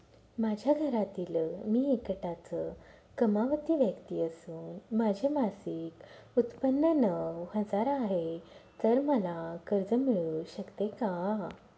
माझ्या घरातील मी एकटाच कमावती व्यक्ती असून माझे मासिक उत्त्पन्न नऊ हजार आहे, तर मला कर्ज मिळू शकते का?